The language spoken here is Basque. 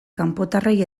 kanpotarrei